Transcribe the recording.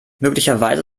möglicherweise